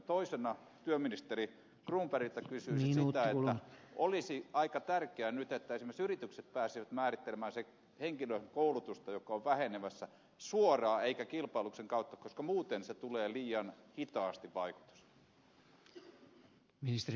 toisena työministeri cronbergille toteaisin että olisi aika tärkeää nyt että esimerkiksi yritykset pääsisivät määrittelemään sen henkilöstön koulutusta joka on vähenemässä suoraan eikä kilpailutuksen kautta koska muuten tulee liian hitaasti vaikutus